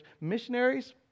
Missionaries